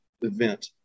event